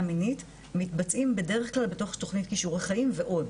מינית מתבצעים בדרך כלל בתוך תכנית כישורי חיים ועוד.